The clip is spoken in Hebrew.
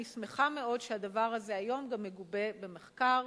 אני שמחה מאוד שהדבר הזה היום גם מגובה במחקר,